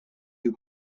you